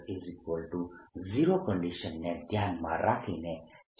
A0 condition ને ધ્યાનમાં રાખીને છે